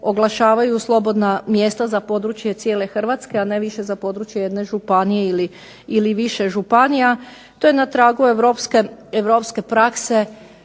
oglašavanju slobodna mjesta za područje cijele Hrvatske, a najviše za područje za jedne županije ili više županija. To je na tragu europske prakse.